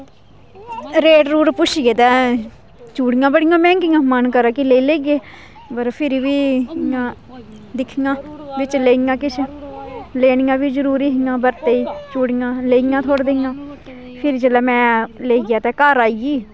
rate पुच्छे ते चूड़ियां बड़ियां मैंह्गियां मन करै कि लेई लैं पर फिर बी इयां दिक्खियां बिच लेइयां किश लैनियां बी जरुरी ही बर्ते च चूड़ियां लेइयां थोह्ड़ी जेहियां फिर जिसलै में लेइयै ते घर आई गेई